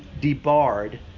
debarred